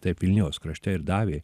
taip vilnijos krašte ir davė